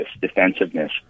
defensiveness